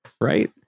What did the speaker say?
Right